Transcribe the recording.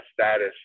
status